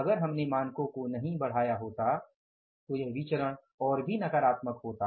अगर हमने मानकों को नहीं बढ़ाया होता तो यह विचरण और भी नकारात्मक होता